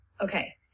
Okay